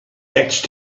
next